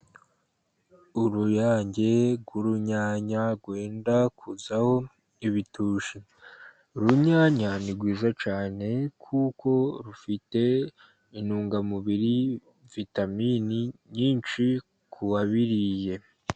Uruyange rw'urunyanya rwenda kuzaho ibitusha, urunyanya ni rwiza cyane, kuko rufite intungamubiri, vitamini nyinshi kuwabiriye.